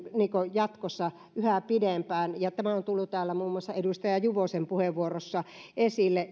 jatkossa yhä pidempään ja tämä on tullut täällä muun muassa edustaja juvosen puheenvuorossa esille